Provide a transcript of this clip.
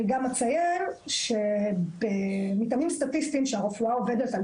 אני גם אציין שמתאמים סטטיסטיים שהרפואה עובדת על